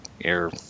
air